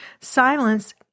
Silence